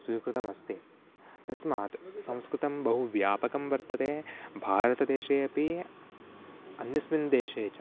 स्वीकृतमस्ति तस्मात् संस्कृतं बहु व्यापकं वर्तते भारतदेशे अपि अन्यस्मिन् देशे च